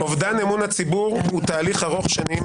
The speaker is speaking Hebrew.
אובדן אמון הציבור הוא תהליך ארוך שנים,